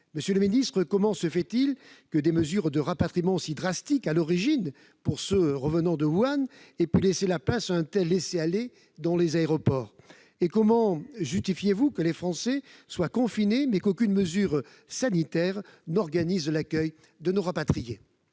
Monsieur le ministre, comment se fait-il que des mesures de rapatriement si drastiques à l'origine, pour les Français revenant de Wuhan, aient pu laisser place à un tel laisser-aller dans les aéroports ? Comment justifiez-vous que les Français soient confinés, mais qu'aucune mesure sanitaire n'organise l'accueil de nos rapatriés ?